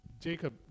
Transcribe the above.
Jacob